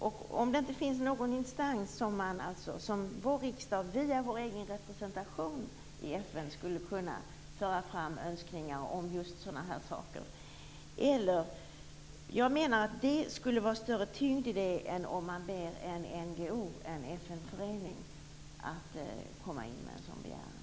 Finns det inte någon instans som via vår egen representation i FN skulle kunna föra fram önskningar om just sådana här saker? Det skulle vara större tyngd i det än om man ber en FN-förening att komma in med en sådan begäran.